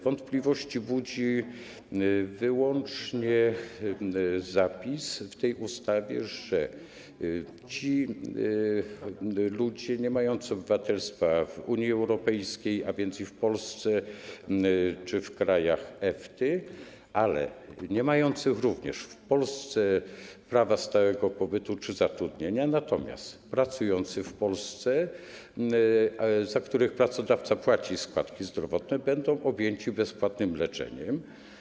Wątpliwości budzi wyłącznie zapis ustawy mówiący o tym, że ludzie niemający obywatelstwa w Unii Europejskiej, a więc i w Polsce czy w krajach EFT-y, ale niemający również w Polsce prawa stałego pobytu czy zatrudnienia, natomiast pracujący w Polsce, za których pracodawca płaci składki zdrowotne, będą objęci bezpłatnym leczeniem.